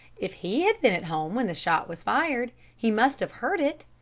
if he had been at home when the shot was fired, he must have heard it,